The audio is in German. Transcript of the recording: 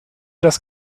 das